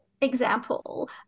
example